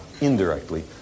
indirectly